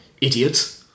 Idiot